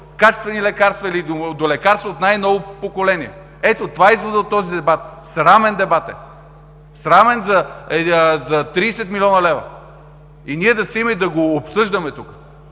качествени лекарства или до лекарства от най-ново поколение. Ето, това е изводът от този дебат. Срамен дебат е! Срамен – за 30 млн. лв., а ние да седим и да го обсъждаме тук.